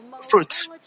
fruits